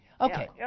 Okay